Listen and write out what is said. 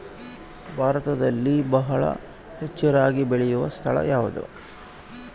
ಭಾರತದಲ್ಲಿ ಬಹಳ ಹೆಚ್ಚು ರಾಗಿ ಬೆಳೆಯೋ ಸ್ಥಳ ಯಾವುದು?